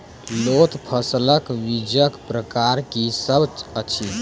लोत फसलक बीजक प्रकार की सब अछि?